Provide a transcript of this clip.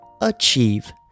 achieve